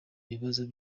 ibibazo